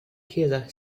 chiesa